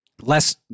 less